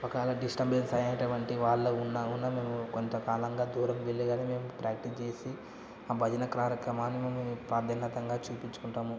ఒకవేళ డిస్టబెన్స్ అయిటువంటి వాళ్ళు ఉన్న ఉన్న నువ్వు మేము కొంతకాలంగా దూరం వెళ్ళి కానీ మేము ప్రాక్టీస్ చేసి ఆ భజన కార్యక్రమాన్ని మేము ప్రాధాన్యతంగా చూపించుకుంటాము